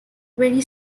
very